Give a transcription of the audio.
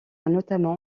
notamment